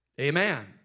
amen